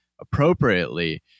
appropriately